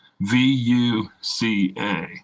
V-U-C-A